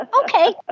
Okay